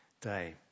day